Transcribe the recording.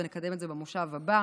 ונקדם במושב הבא.